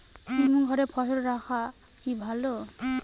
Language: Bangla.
হিমঘরে ফসল রাখা কি ভালো?